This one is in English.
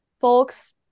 folks